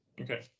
Okay